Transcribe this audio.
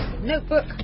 Notebook